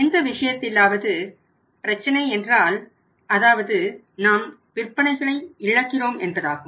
எந்த விஷயத்திலாவது பிரச்சினை என்றால் அதாவது நாம் விற்பனைகளை இழக்கிறோம் என்பதாகும்